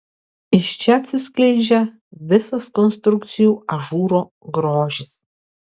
iš čia atsiskleidžia visas konstrukcijų ažūro grožis